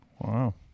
Wow